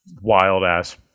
wild-ass